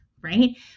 right